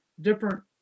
different